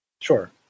Sure